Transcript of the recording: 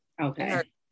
Okay